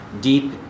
deep